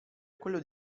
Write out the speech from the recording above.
quello